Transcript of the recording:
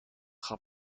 gaf